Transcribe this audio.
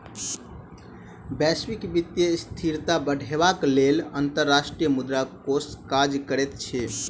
वैश्विक वित्तीय स्थिरता बढ़ेबाक लेल अंतर्राष्ट्रीय मुद्रा कोष काज करैत अछि